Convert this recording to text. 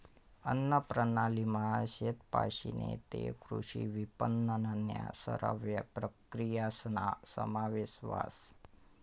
अन्नप्रणालीमा शेतपाशीन तै कृषी विपनननन्या सरव्या प्रक्रियासना समावेश व्हस